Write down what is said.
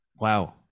wow